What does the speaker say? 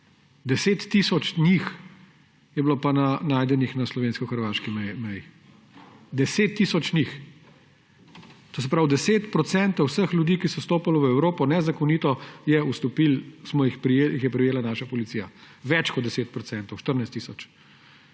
10 tisoč njih je pa bilo najdenih na slovensko-hrvaški meji. 10 tisoč njih. To se pravi 10 procentov vseh ljudi, ki so stopili v Evropo nezakonito, je prijela naša policija. Več kot 10 procentov, 14 tisoč.